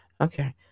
Okay